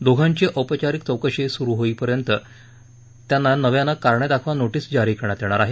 दोघांची औपचारिक चौकशी सुरु होण्यापूर्वी त्यांना नव्यानं कारणे दाखवा नोटीस जारी करण्यात येणार आहे